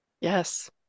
Yes